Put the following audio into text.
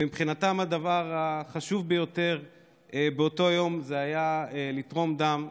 ומבחינתם הדבר החשוב ביותר באותו יום היה לתרום דם.